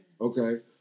Okay